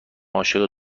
عاشق